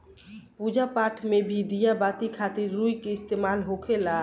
पूजा पाठ मे भी दिया बाती खातिर रुई के इस्तेमाल होखेला